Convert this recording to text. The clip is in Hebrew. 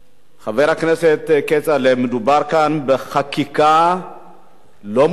חבר הכנסת כצל'ה, מדובר כאן בחקיקה לא מוסרית.